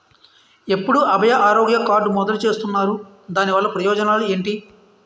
ఎప్పుడు అభయ ఆరోగ్య కార్డ్ మొదలు చేస్తున్నారు? దాని వల్ల ప్రయోజనాలు ఎంటి?